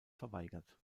verweigert